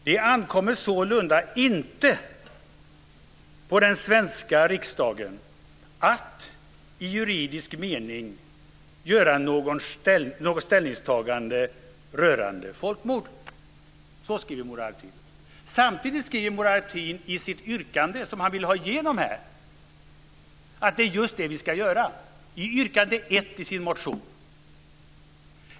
"Det ankommer sålunda inte på den svenska riksdagen att, i juridisk mening, göra något ställningstagande rörande folkmord." Så skriver Murad Artin. Samtidigt skriver Murad Artin i sitt yrkande, som han vill ha igenom här, att det är just det vi ska göra. Det skriver han i yrkande 1 i sin motion.